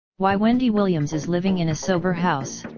why wendy williams is living in a sober house